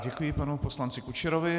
Děkuji panu poslanci Kučerovi.